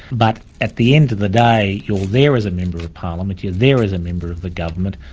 but at the end of the day, you're there as a member of parliament, you're there as a member of the government,